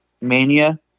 Mania